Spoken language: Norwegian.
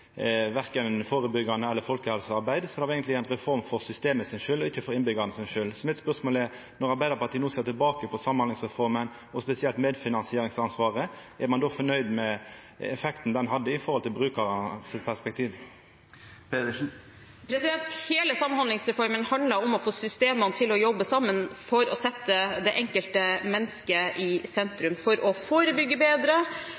verken førebyggjande eller innan folkehelsearbeid, så det var eigentleg ei reform for systemet og ikkje for innbyggjarane. Så mitt spørsmål, når Arbeidarpartiet no ser tilbake på samhandlingsreforma og spesielt på medfinansieringsansvaret, er: Er ein då fornøgd med effekten reforma hadde i forhold til perspektivet til brukarane? Hele samhandlingsreformen handler om å få systemene til å jobbe sammen for å sette det enkelte mennesket i